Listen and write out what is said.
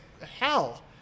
hell